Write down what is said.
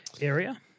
area